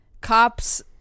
cops